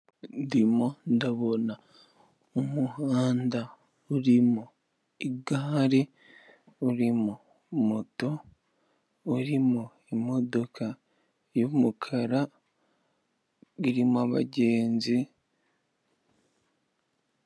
Ndimo ndabona umuhanda urimo igare urimo moto urimo imodoka y'umukara urimo abagenzi.